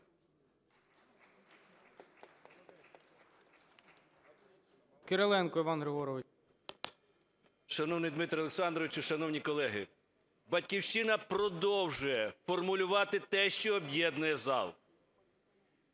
Шановний Дмитре Олександровичу, шановні колеги, "Батьківщина" продовжує формулювати те, що об'єднує зал.